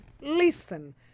Listen